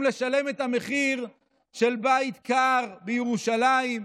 לשלם את המחיר של בית קר בירושלים,